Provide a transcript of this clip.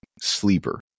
sleeper